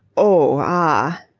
oh, ah!